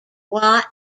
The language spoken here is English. watt